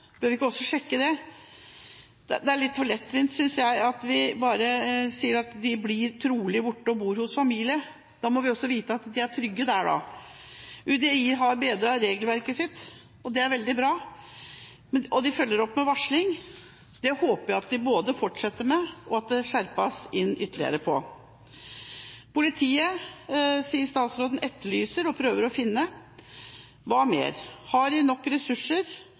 bør vi ikke sjekke også det? Det er litt for lettvint at vi bare sier at de trolig blir borte og bor hos familie. Da må vi også vite at de er trygge der. UDI har bedret regelverket sitt, og det er veldig bra. De følger opp med varsling, og det håper jeg at de både fortsetter med og skjerper ytterligere inn på. Politiet etterlyser og prøver å finne, sier statsråden. Hva mer? Har de nok ressurser?